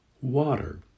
water